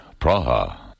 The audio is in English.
Praha